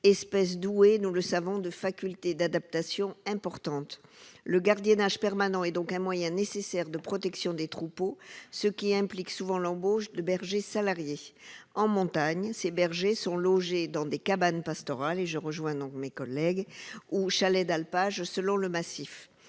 espèce dont on sait qu'elle est douée de facultés d'adaptation importantes. Le gardiennage permanent est donc un moyen nécessaire de protection des troupeaux, ce qui implique souvent l'embauche de bergers salariés. En montagne, ces bergers sont logés dans des cabanes pastorales ou chalets d'alpage, selon le massif.